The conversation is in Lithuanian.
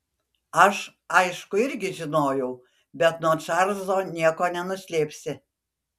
aš aišku irgi žinojau bet nuo čarlzo nieko nenuslėpsi